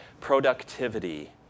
Productivity